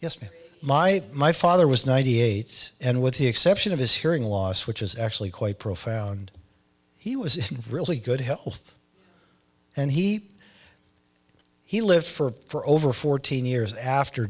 me my my father was ninety eight and with the exception of his hearing loss which is actually quite profound he was really good health and he he lived for over fourteen years after